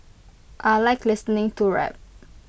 I Like listening to rap